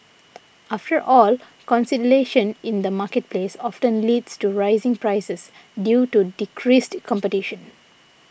after all consolidation in the marketplace often leads to rising prices due to decreased competition